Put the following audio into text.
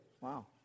Wow